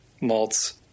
malts